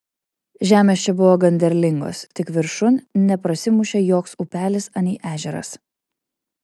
žemės čia buvo gan derlingos tik viršun neprasimušė joks upelis anei ežeras